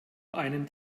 einem